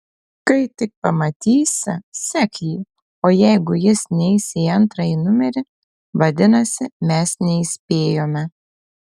kai tik pamatysi sek jį o jeigu jis neis į antrąjį numerį vadinasi mes neįspėjome